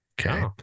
Okay